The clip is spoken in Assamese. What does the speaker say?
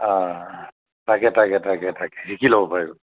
অঁ তাকে তাকে তাকে থাকে শিকি ল'ব পাৰিব